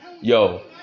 yo